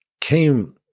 Came